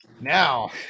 Now